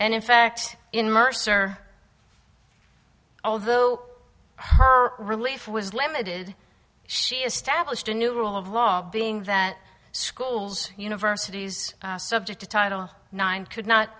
and in fact in mercer although her relief was limited she established a new rule of law being that schools universities subject to title nine could not